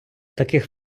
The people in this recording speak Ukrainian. таких